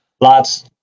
lots